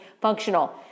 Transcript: functional